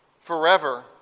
forever